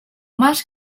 más